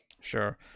Sure